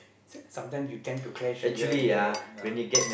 some~ sometime you tend to clash here and there ah